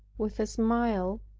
with a smile,